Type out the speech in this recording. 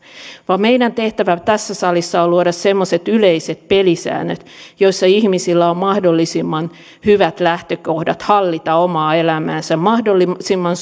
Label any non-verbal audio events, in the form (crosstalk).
vaan meidän tehtävämme tässä salissa on luoda semmoiset yleiset pelisäännöt joissa ihmisillä on mahdollisimman hyvät lähtökohdat hallita omaa elämäänsä mahdollisimman (unintelligible)